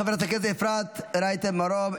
חברת הכנסת אפרת רייטן מרום,